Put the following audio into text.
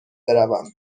بروم